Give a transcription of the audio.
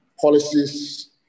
policies